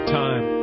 time